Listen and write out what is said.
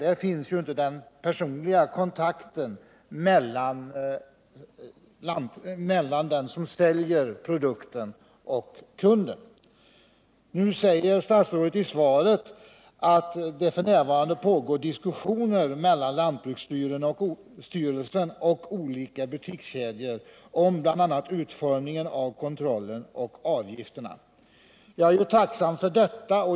Där finns ju inte den personliga kontakten mellan den som säljer produkten och kunden. Nu säger statsrådet i svaret att det f.n. pågår diskussioner mellan lantbruksstyrelsen och olika butikskedjor om bl.a. utformningen av kontrollen och avgifterna. Jag är tacksam för detta.